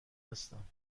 هستم